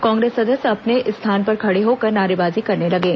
कांग्रेस सदस्य अपने स्थान पर खड़े होकर नारेबाजी करने लगे